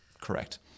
correct